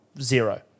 zero